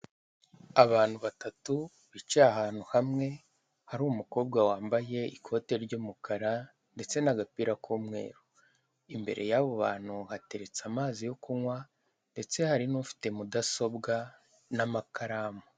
Abantu batatu bicaye ahantu hamwe, hari umukobwa wambaye ikote ry'umukara ndetse n'agapira k'umweru. Imbere y'abo bantu hateretse amazi yo kunywa, ndetse hari n'ufite mudasobwa, n'amakaramu.